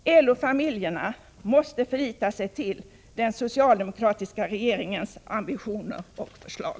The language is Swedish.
LO-familjerna måste förlita sig till den socialdemokratiska regeringens ambitioner och förslag.